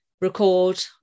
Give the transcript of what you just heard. record